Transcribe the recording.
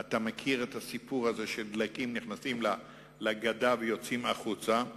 אתה מכיר את הסיפור הזה של דלקים נכנסים לגדה ויוצאים החוצה,